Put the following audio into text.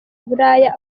buraya